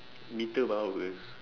power